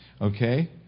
Okay